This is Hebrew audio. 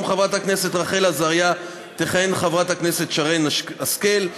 חברת הכנסת רחל עזריה תכהן חברת הכנסת שרן השכל.